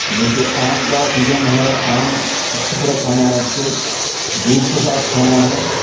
جیسے آم کا سیزن ہے آم اچھی طرح کھانا ہے اس کو دودھ کے ساتھ کھانا ہے